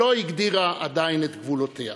לא הגדירה עדיין את גבולותיה.